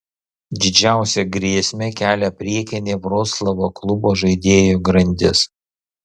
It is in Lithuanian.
didžiausią grėsmę kelia priekinė vroclavo klubo žaidėjų grandis